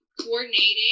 coordinating